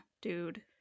dude